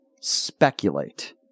speculate